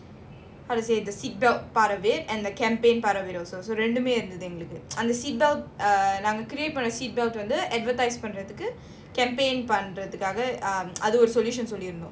how to say the seat belt part of it and the campaign part of it also so ரெண்டுமேஇருந்துதுஎங்களுக்குஅந்தநாங்க:rendume irunthuthu engaluku andha nanga seat belt வந்து:vandhu advertisement பண்றதுக்கு:panrathuku campaign பண்றதுக்காகஅதுஒரு:panrathukaga adhu oru solutions சொல்லிருந்தோம்:sollirunthom